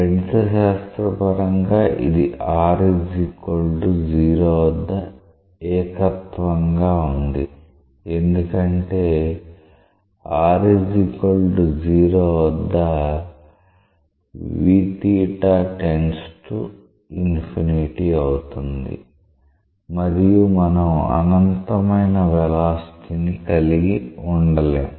గణితశాస్త్రపరంగా ఇది r 0 వద్ద ఏకత్వం గా ఉంది ఎందుకంటే r 0 వద్ద అవుతుంది మరియు మనం అనంతమైన వెలాసిటీ ని కలిగి ఉండలేం